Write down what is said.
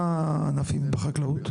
מה הענפים בחקלאות?